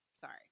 sorry